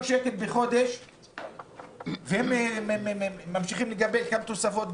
שקל בחודש ממשיכים לקבל גם תוספות,